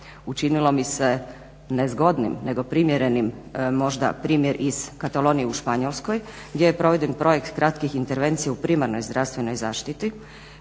Učinilo mi se ne zgodnim nego primjerenim možda primjer iz Katalonije u Španjolskoj gdje je proveden projekt kratkih intervencija u primarnoj zdravstvenoj zaštiti